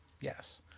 Yes